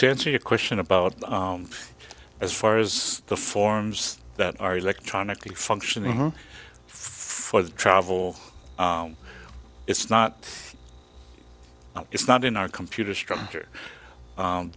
tenser your question about as far as the forms that are electronically functioning for the travel it's not it's not in our computer structure